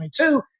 2022